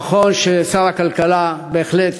נכון ששר הכלכלה בהחלט